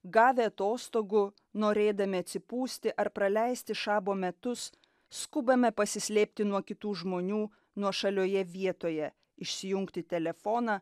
gavę atostogų norėdami atsipūsti ar praleisti šabo metus skubame pasislėpti nuo kitų žmonių nuošalioje vietoje išsijungti telefoną